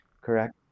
correct